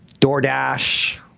DoorDash